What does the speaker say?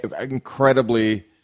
incredibly